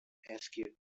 askew